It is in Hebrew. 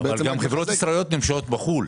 חברות ישראליות גם נמצאות בחוץ לארץ.